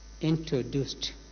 introduced